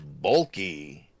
bulky